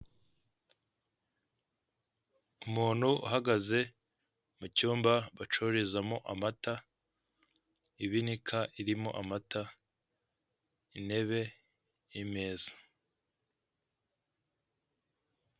Tagisi vuwatire yo mu bwoko bwa yego kabusi ushobora guhamagara iriya nimero icyenda rimwe icyenda rimwe ikaza ikagutwara aho waba uherereye hose kandi batanga serivisi nziza n'icyombaziho .